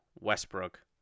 Westbrook